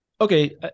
okay